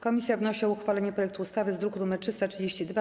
Komisja wnosi o uchwalenie projektu ustawy z druku nr 332.